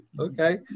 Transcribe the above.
Okay